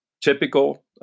typical